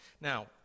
Now